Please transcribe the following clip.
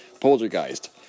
Poltergeist